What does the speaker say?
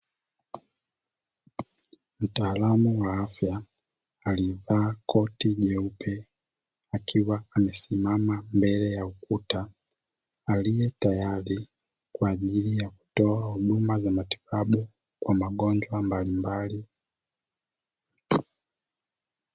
Mtaalamu wa afya alievaa koti jeupe akiwa amesimama mbele ya ukuta. Aliyetayari kwa ajili ya kutoa huduma za matibabu kwa magonjwa mbalimbali.